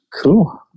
Cool